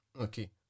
Okay